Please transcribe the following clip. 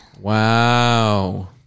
Wow